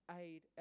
aid